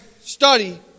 study